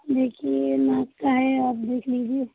देखिए नाक का है आप देख लीजिए